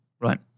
Right